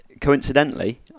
coincidentally